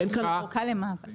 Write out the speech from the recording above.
בדיוק אורכה למה?